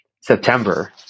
september